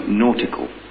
nautical